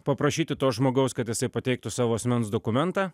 paprašyti to žmogaus kad jisai pateiktų savo asmens dokumentą